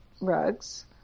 rugs